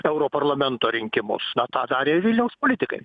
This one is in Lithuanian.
europarlamento rinkimus na tą darė vilniaus politikai